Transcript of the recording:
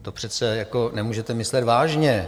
To přece nemůžete myslet vážně.